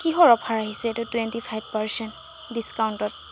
কিহৰ অফাৰ আহিছে twenty five percent ডিস্কাউণ্টত